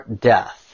death